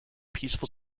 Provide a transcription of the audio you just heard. peaceful